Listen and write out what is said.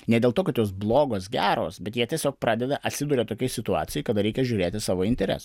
ne dėl to kad jos blogos geros bet jie tiesiog pradeda atsiduria tokioj situacijoj kada reikia žiūrėti savo interesų